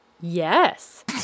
Yes